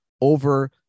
over